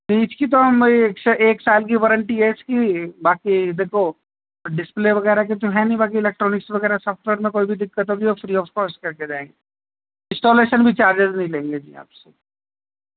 fridge کی تو ہم ایک سے ایک سال کی وارنٹی ہے اس کی باقی دیکھو ڈسپلے وغیرہ کی تو ہے نہیں باقی الیکٹرانکس وغیرہ سافٹ ویئر میں کوئی بھی دقت ہوگی وہ فری آف کاسٹ کر کے جائیں گے انسٹالیشن بھی چارجیز نہیں لیں گے جی آپ سے